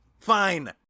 fine